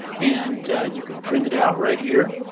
and you could print it out right here.